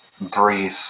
breathe